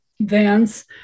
vance